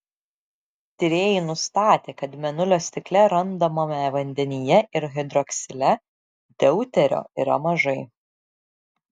tyrėjai nustatė kad mėnulio stikle randamame vandenyje ir hidroksile deuterio yra mažai